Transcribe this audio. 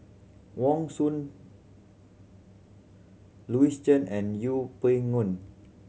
Wong Suen Louis Chen and Yeng Pway Ngon